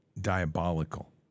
diabolical